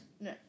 No